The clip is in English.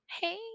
Hey